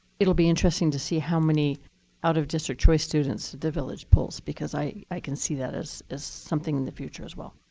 it'll be interesting to see how many out of district choice students do village polls, because i i can see that as as something in the future as well.